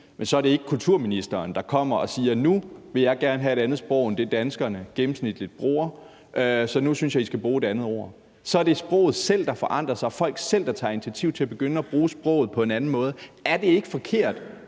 – så er det ikke, fordi kulturministeren kommer og siger: Nu vil jeg gerne have en anden sprogbrug end den, danskerne gennemsnitligt har, så nu synes jeg, I skal bruge nogle andre ord. Det er sproget selv, der forandrer sig, det er folk selv, der begynder tage initiativ til at begynde at bruge sproget på en anden måde. Er det ikke forkert,